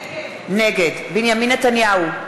נגד בנימין נתניהו,